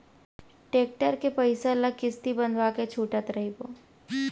tractor के पइसा ल किस्ती बंधवा के छूटत रइबो